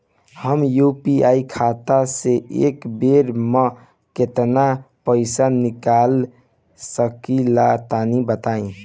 हम यू.पी.आई खाता से एक बेर म केतना पइसा निकाल सकिला तनि बतावा?